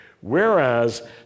Whereas